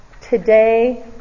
today